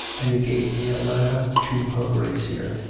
and he gave me a letter to her grace here